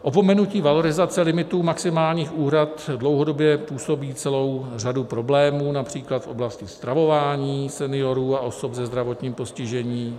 Opomenutí valorizace limitů maximálních úhrad dlouhodobě působí celou řadu problémů například v oblasti stravování seniorů a osob se zdravotním postižením.